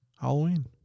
Halloween